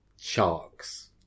sharks